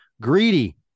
Greedy